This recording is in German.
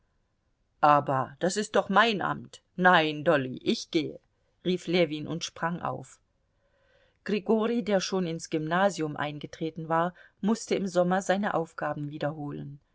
aber das ist doch mein amt nein dolly ich gehe rief ljewin und sprang auf grigori der schon ins gymnasium eingetreten war mußte im sommer seine aufgaben wiederholen